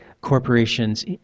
corporations